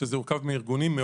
שזה מורכב מארגונים,